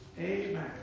Amen